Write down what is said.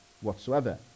whatsoever